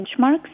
benchmarks